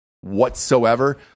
whatsoever